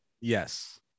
Yes